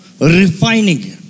refining